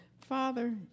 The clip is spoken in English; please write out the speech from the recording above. Father